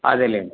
అదేలేండి